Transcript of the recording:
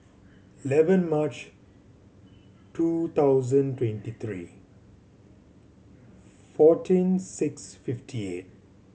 eleven March two thousand twenty three fourteen six fifty eight